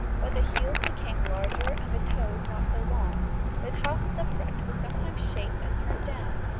but the heels became larger and the toes not so long the top of the front was sometimes shaped and turned down.